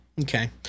Okay